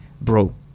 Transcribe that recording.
bro